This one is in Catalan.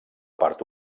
part